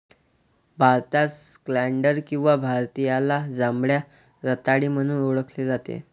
भारतात स्कँडल किंवा भारतीयाला जांभळ्या रताळी म्हणून ओळखले जाते